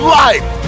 life